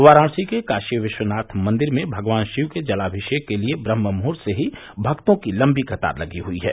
वाराणसी के काशी विश्वनाथ मंदिर में भगवान शिव के जलामिषेक के लिए ब्रह्ममुहूर्त से ही भक्तों की लंबी कतार लगी हुयी है